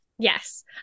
Yes